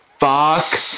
Fuck